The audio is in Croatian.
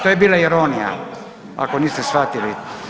To je bila ironija ako niste shvatili.